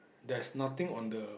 there's nothing on the